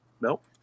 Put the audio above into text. Nope